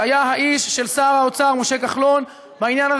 שהיה האיש של שר האוצר משה כחלון בעניין הזה.